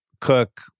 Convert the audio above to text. Cook